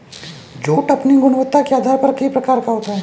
jute अपनी गुणवत्ता के आधार पर कई प्रकार का होता है